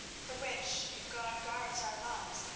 for which, if god guards our lives,